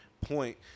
point